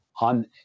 on